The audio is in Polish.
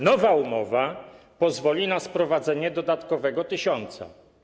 Nowa umowa pozwoli na sprowadzenie dodatkowego tysiąca.